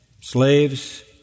slaves